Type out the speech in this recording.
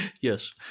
Yes